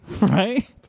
Right